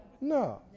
No